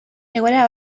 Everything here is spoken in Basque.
egoera